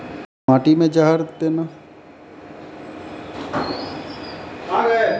माटी मे जहर देना चाहिए की बीज के उपचारित कड़ी के लगाना चाहिए?